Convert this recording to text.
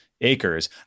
acres